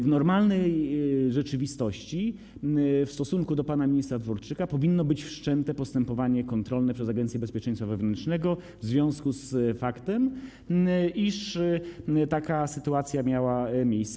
W normalnej rzeczywistości w stosunku do pana ministra Dworczyka powinno być wszczęte postępowanie kontrolne przez Agencję Bezpieczeństwa Wewnętrznego w związku z faktem, iż taka sytuacja miała miejsce.